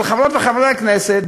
של חברות וחברי הכנסת,